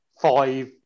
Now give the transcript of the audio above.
five